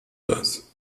das